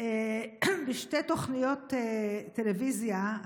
בשתי תוכניות טלוויזיה,